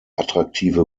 attraktive